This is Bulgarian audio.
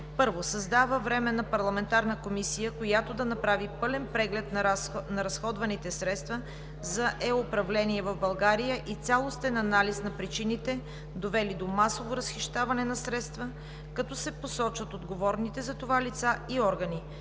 1. Създава Временна парламентарна комисия, която да направи пълен преглед на разходваните средства за е-управление в България и цялостен анализ на причините, довели до масово разхищаване на средства, като се посочат отговорните за това лица и органи.